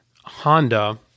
Honda